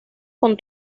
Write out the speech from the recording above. con